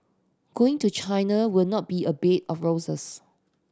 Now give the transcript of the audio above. going to China will not be a bed of roses